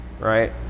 right